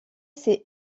s’est